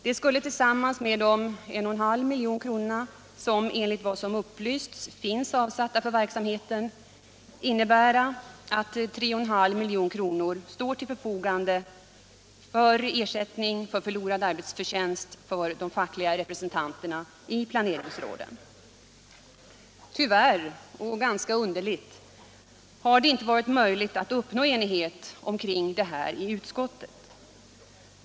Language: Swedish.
Detta skulle tillsammans med de 1,5 milj.kr. som enligt vad som upplysts finns avsatta för verksamheten innebära att 3,5 milj.kr. står till förfogande för ersättning för förlorad arbetsförtjänst för de fackliga representanterna i planeringsråden. Tyvärr — och det är ganska underligt — har det inte varit möjligt att uppnå enighet härom inom utskottet.